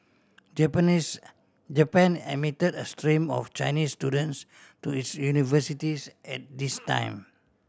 Japanese Japan admitted a stream of Chinese students to its universities at this time